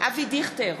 אבי דיכטר,